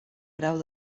grau